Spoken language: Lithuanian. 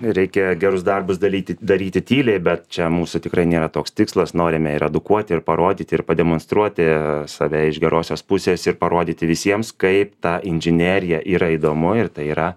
reikia gerus darbus daryti daryti tyliai bet čia mūsų tikrai nėra toks tikslas norime ir edukuoti ir parodyti ir pademonstruoti save iš gerosios pusės ir parodyti visiems kaip ta inžinerija yra įdomu ir tai yra